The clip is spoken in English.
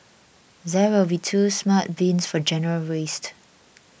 there will be two smart bins for general waste